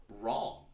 wrong